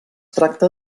tracta